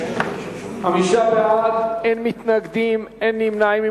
אין מתנגדים, אין נמנעים.